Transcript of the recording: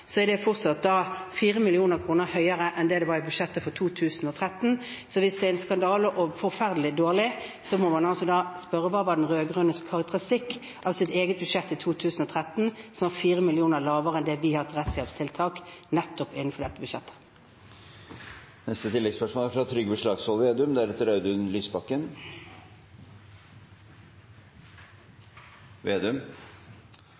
så er det fortsatt 4 mill. kr høyere enn det det var i budsjettet for 2013. Så hvis dét er en skandale og forferdelig dårlig, må man altså spørre: Hva var den rød-grønne regjeringens karakteristikk av eget budsjett i 2013, som var 4 mill. kr lavere enn det vi har til rettshjelpstiltak nettopp innenfor dette budsjettet?